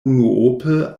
unuope